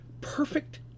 perfect